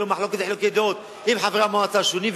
יהיו לו מחלוקת וחילוקי דעות עם חברי המועצה השונים,